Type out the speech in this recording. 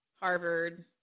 Harvard